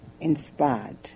inspired